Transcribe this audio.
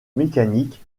mécanique